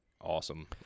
awesome